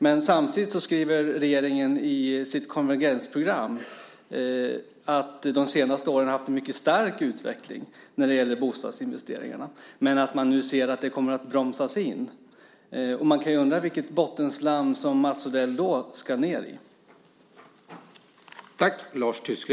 Men samtidigt skriver regeringen i sitt konvergensprogram att Sverige de senaste åren har haft en mycket stark utveckling när det gäller bostadsinvesteringarna men att man ser att det nu kommer att bromsas in. Man kan undra vilket bottenslam Mats Odell då ska ned i.